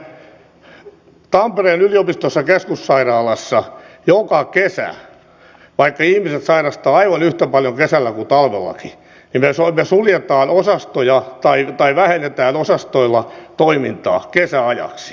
me tampereen yliopistollisessa keskussairaalassa joka kesä vaikka ihmiset sairastavat aivan yhtä paljon kuin talvellakin suljemme osastoja tai vähennämme osastoilla toimintaa kesäajaksi